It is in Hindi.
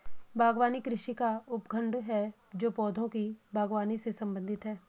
बागवानी कृषि का उपखंड है जो पौधों की बागवानी से संबंधित है